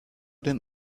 den